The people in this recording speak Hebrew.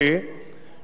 הוא יעבור במחלף